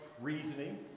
reasoning